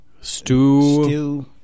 Stew